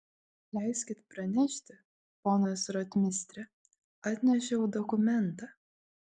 leiskit pranešti ponas rotmistre atnešiau dokumentą